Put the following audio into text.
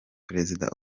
perezida